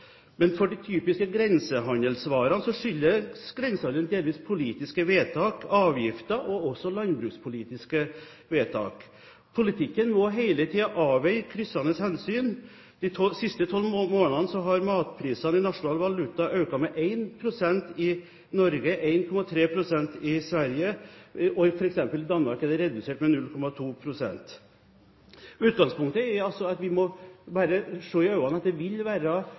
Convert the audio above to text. Men for de typiske grensehandelsvarene skyldes grensehandelen delvis politiske vedtak, avgifter og også landbrukspolitiske vedtak. Politikken må hele tiden avveie kryssende hensyn. De siste tolv månedene har matprisene i nasjonal valuta økt med 1 pst. i Norge og 1,3 pst. i Sverige, og i Danmark er de redusert med 0,2 pst. Utgangspunktet er altså at vi må se i øynene at det vil være